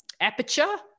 aperture